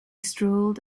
strolled